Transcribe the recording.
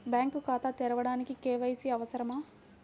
Bank ఖాతా తెరవడానికి KYC అవసరమా?